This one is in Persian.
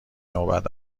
نوبت